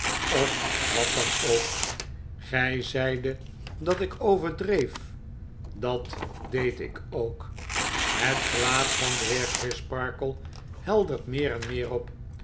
of wat dan ook gij zeidet dat ik overdreef dat deed ik ook het gelaat van den heer crisparkle heldert meer en meer op